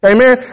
Amen